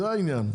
זה העניין.